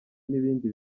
n’ibindi